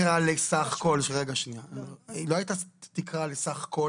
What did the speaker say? היא לא הייתה תקרה לסך כל